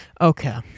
Okay